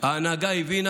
ההנהגה הבינה